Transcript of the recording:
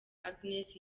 agnes